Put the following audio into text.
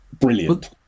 brilliant